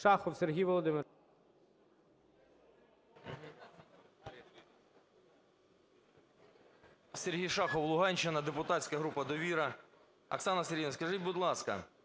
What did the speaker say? Шахов Сергій Володимирович.